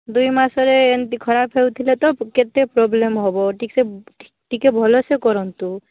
ଦୁଇ ମାସରେ ଏମିତି ଖରାପ ହେଉଥିଲେ ତ କେତେ ପ୍ରୋବ୍ଲେମ ହେବ ଠିକ୍ ସେ ଟିକେ ଭଲ ସେ କରନ୍ତୁ